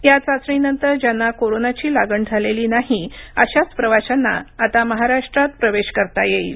या चाचणीनंतर ज्यांना कोरोनाची लागण झालेली नाही अशाच प्रवाशांना आता महाराष्ट्रात प्रवेश करता येईल